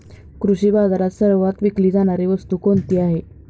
कृषी बाजारात सर्वात विकली जाणारी वस्तू कोणती आहे?